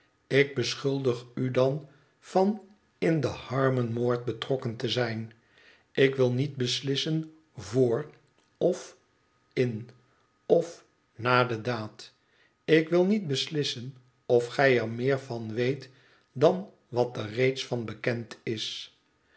ik beschuldig u dan van in den harmon moord betrokken te zijn ik wil niet beslissen vr of in of nd de daad ik wil niet beslissen of gij er meer van weet dan wat er reeds van bekend is